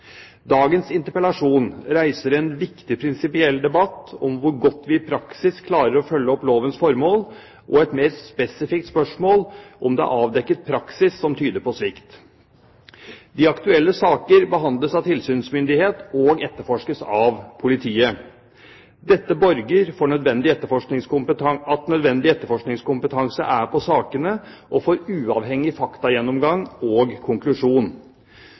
Dagens interpellasjon reiser en viktig prinsipiell debatt om hvor godt vi i praksis klarer å følge opp lovens formål, og et mer spesifikt spørsmål, om det er avdekket praksis som tyder på svikt. De aktuelle saker behandles av tilsynsmyndighet og etterforskes av politiet. Dette borger for at nødvendig etterforskningskompetanse er satt på sakene, og for uavhengig faktagjennomgang og konklusjon.